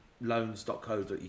loans.co.uk